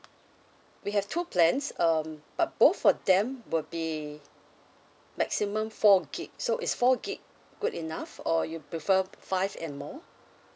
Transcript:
we have two plans um but both of them will be maximum four gig so is four gig good enough or you prefer five and more